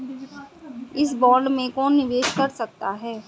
इस बॉन्ड में कौन निवेश कर सकता है?